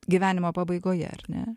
gyvenimo pabaigoje ar ne